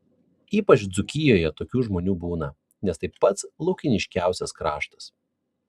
ypač dzūkijoje tokių žmonių būna nes tai pats laukiniškiausias kraštas